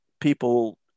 people